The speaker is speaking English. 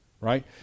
Right